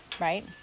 right